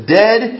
dead